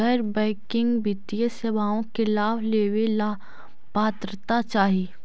गैर बैंकिंग वित्तीय सेवाओं के लाभ लेवेला का पात्रता चाही?